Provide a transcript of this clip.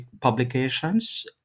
publications